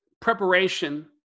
preparation